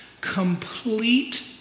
Complete